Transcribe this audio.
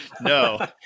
no